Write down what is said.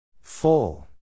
Full